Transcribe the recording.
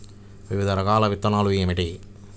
వివిధ రకాల విత్తనాలు ఏమిటి?